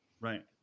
Right